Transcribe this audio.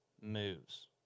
moves